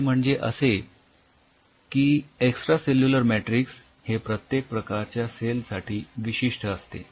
ते म्हणजे असे की एक्सट्रा सेल्युलर मॅट्रिक्स हे प्रत्येक प्रकारच्या सेल साठी विशिष्ठ असते